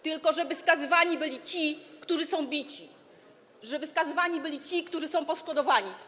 tylko żeby skazywani byli ci, którzy są bici, żeby skazywani byli ci, którzy są poszkodowani.